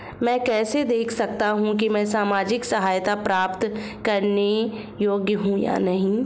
मैं कैसे देख सकता हूं कि मैं सामाजिक सहायता प्राप्त करने योग्य हूं या नहीं?